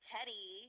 Teddy